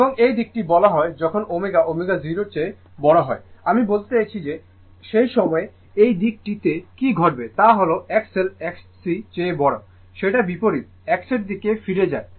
এবং এই দিকটি বলা হয় যখন ω ω0 চেয়ে বড় আমি বলতে চাইছি যে সেই সময় এই দিকটি তে কী ঘটবে তা হল XL XC চেয়ে বড় সেটা বিপরীত X এর দিকে ফিরে যায়